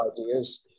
ideas